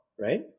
right